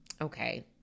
okay